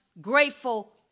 grateful